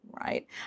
right